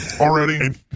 already